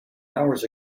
hours